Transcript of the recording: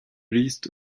liste